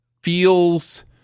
feels